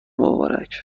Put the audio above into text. مبارک